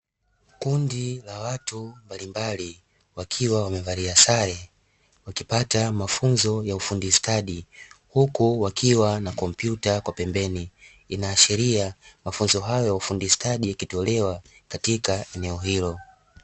Kundi la watu mbalimbali, wakiwa wamevalia sare, wakipata mafunzo ya ufundi stadi, huku wakiwa na kompyuta kwa pembeni. Inaashiria mafunzo hayo ya ufundi stadi yakitolewa katika eneo hilo.